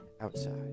outside